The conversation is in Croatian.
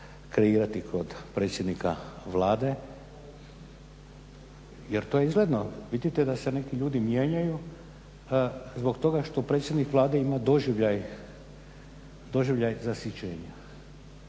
kreirati kod predsjednika Vlade jer to je izgledno. Vidite da se neki ljudi mijenjaju zbog toga što predsjednik Vlade ima doživljaj zasićenja.